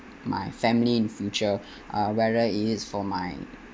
my family in future uh whether is for my